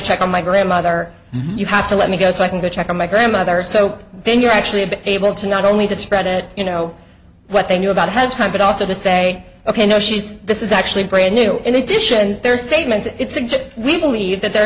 check on my grandmother you have to let me go so i can go check on my grandmother so then you're actually able to not only discredit you know what they knew about ahead of time but also to say ok no she's this is actually brand new in addition there are statements it's a good we believe that there are